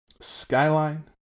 Skyline